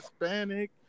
Hispanic